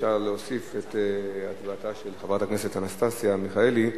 אפשר להוסיף את הצבעתה של חברת הכנסת אנסטסיה מיכאלי,